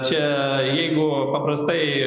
čia jeigu paprastai